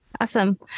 Awesome